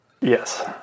Yes